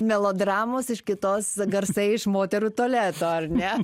melodramos iš kitos garsai iš moterų tualeto ar ne